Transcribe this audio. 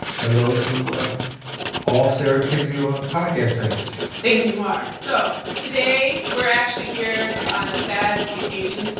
hello to all sarah kendzior podcast fans. thank you, umar. so today, we're actually here on a sad occasion.